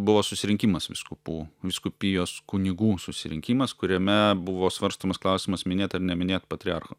buvo susirinkimas vyskupų vyskupijos kunigų susirinkimas kuriame buvo svarstomas klausimas minėt ar neminėt patriarcho